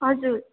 हजुर